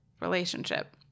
relationship